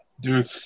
dude